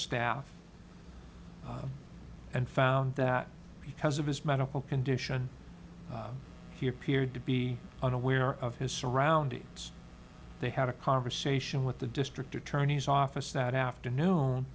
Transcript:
staff and found that because of his medical condition he appeared to be unaware of his surroundings they had a conversation with the district attorney's office that afternoon